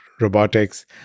robotics